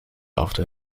after